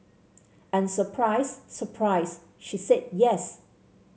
and surprise surprise she said yes